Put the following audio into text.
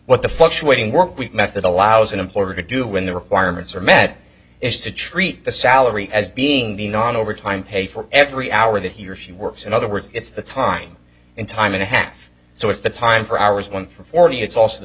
what the fluctuating workweek method allows an employer to do when the requirements are met is to treat the salary as being the non overtime pay for every hour that he or she works in other words it's the time in time and a half so it's the time for hours one for forty it's also the